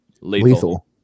lethal